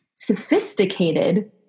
sophisticated